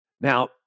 Now